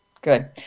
good